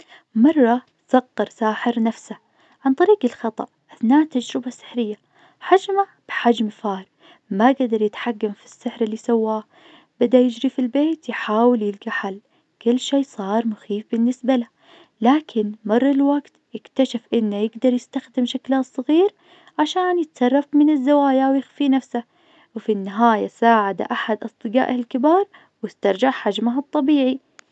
مرة صغر ساحر نفسه عن طريق الخطأ أثناء تجربة سحرية حجمه بحجم فار ما قدر يتحكم في السحر اللي سواه بدأ يجري في البيت يحاول يلقى حل كل شي صار مخيف بالنسبة له، لكن مر الوقت اكتشف إنه يقدر يستخدم شكله الصغير عشان يتصرف من الزوايا ويخفي نفسه. وفي النهاية ساعد أحد أصدقائه الكبار واسترجع حجمه الطبيعي.